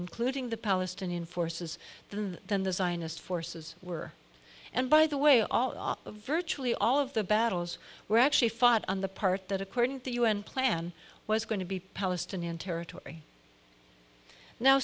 including the palestinian forces than the zionist forces were and by the way all of virtually all of the battles were actually fought on the part that according to the u n plan was going to be palestinian territory now